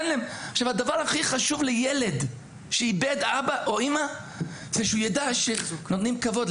הדבר הכי חשוב לילד שאיבד אבא או אימא זה שהוא יידע שנותנים כבוד,